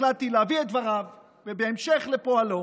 החלטתי להביא את דבריו בהמשך לפועלו: